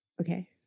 Okay